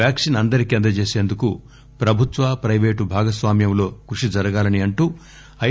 vaccine అందరికి అందజేసేందుకు ప్రభుత్వ private భాగస్వామ్యంలో కృషి జరగాలని అంటూ ఐ